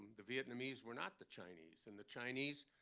the vietnamese were not the chinese. and the chinese